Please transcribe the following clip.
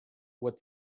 what